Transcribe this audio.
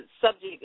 subject